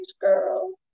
girl